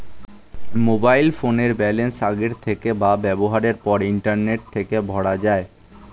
mobile ফোনের balance আগের থেকে বা ব্যবহারের পর ইন্টারনেট থেকে ভরা যায়